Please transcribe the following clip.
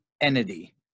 entity